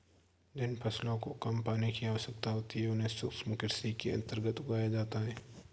जिन फसलों को कम पानी की आवश्यकता होती है उन्हें शुष्क कृषि के अंतर्गत उगाया जाता है